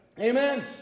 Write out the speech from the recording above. Amen